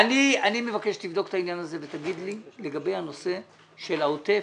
אני מבקש שתבדוק את העניין הזה ותגיד לי לגבי הנושא של העוטף,